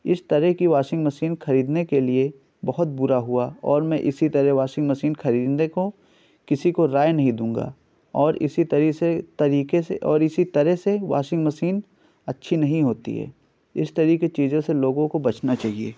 اس طرح کی washing machine خریدنے کے لیے بہت بڑا ہوا اور میں اسی طرح واشنگ مشین خریدنے کو کسی کو رائے نہیں دوں گا اور اسی طرح سے طریقے سے اور اسی طرح سے واشنگ مشین اچّھی نہیں ہوتی ہے اس طرح کی چیزوں سے لوگوں کو بچنا چاہیے